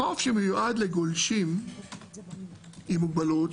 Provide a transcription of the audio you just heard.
חוף שמיועד לגולשים עם מוגבלות,